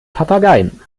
papageien